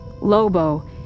Lobo